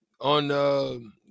on –